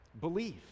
Belief